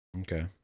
Okay